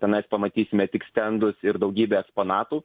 tenais pamatysime tik stendus ir daugybę eksponatų